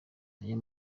ayo